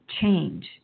change